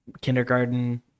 kindergarten